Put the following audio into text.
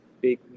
big